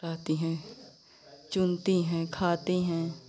रहती हैं चुनती हैं खाती हैं